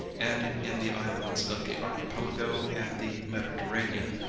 and in the islands of the archipelago and the mediterranean,